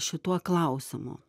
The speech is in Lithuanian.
šituo klausimu